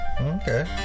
Okay